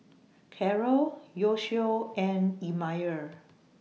Karel Yoshio and Elmire